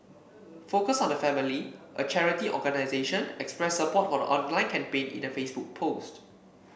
focus on the Family a charity organisation expressed support for the online campaign in a Facebook post